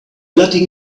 letting